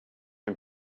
him